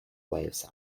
waves